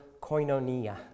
koinonia